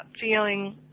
feeling